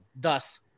Thus